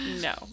no